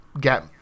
get